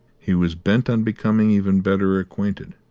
he was bent on becoming even better acquainted.